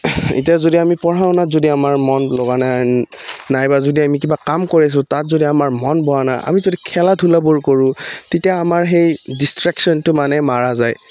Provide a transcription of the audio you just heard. এতিয়া যদি আমি পঢ়া শনাত যদি আমাৰ মন লগা নাই নাই বা যদি আমি কিবা কাম কৰিছোঁ তাত যদি আমাৰ মন বহা নাই আমি যদি খেলা ধূলাবোৰ কৰোঁ তেতিয়া আমাৰ সেই ডিছট্ৰেকশ্যনটো মানে মাৰ যায়